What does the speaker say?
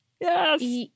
Yes